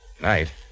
Night